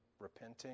repenting